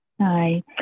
Hi